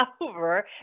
over